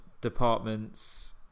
departments